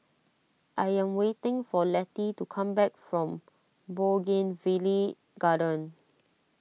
I am waiting for Letty to come back from Bougainvillea Garden